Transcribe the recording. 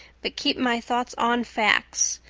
but keep my thoughts on facts.